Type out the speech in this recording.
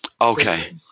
Okay